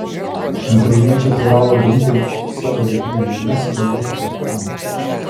ukrainiečiai privalo ginti savo rytines žemes nuo ruskių okupantų